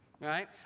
right